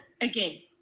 again